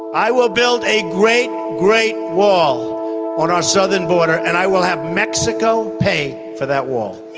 i will build a great, great wall on our southern border and i will have mexico pay for that wall,